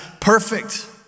perfect